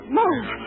move